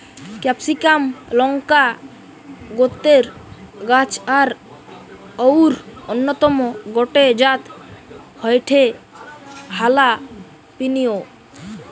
ক্যাপসিমাক লংকা গোত্রের গাছ আর অউর অন্যতম গটে জাত হয়ঠে হালাপিনিও